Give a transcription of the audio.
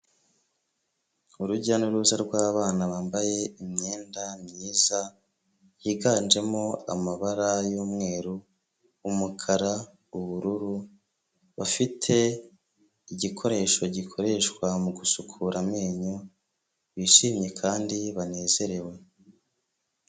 Urujya n'uruza rw'abana bambaye imyenda myiza yiganjemo amabara y'umweru ,umukara ,ubururu bafite igikoresho gikoreshwa mugusukura amenyo bishimye kandi banezerewe.